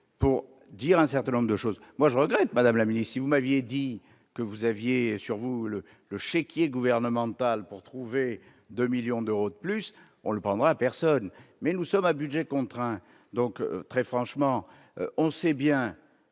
et dire un certain nombre de choses. Je regrette, madame la ministre : si vous m'aviez dit que vous aviez sur vous le chéquier gouvernemental pour trouver 2 millions d'euros de plus, on ne les prendrait à personne ! Nous sommes à budget contraint. Sauf que FMM travaille son budget en